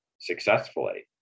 successfully